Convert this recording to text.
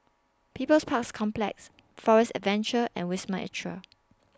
People's Parks Complex Forest Adventure and Wisma Atria